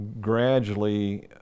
gradually